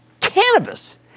cannabis